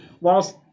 whilst